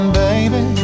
baby